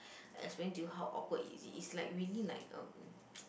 explain to you how awkward is it it's like really like um